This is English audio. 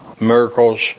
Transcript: miracles